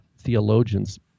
theologians